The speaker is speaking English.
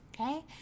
okay